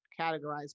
categorize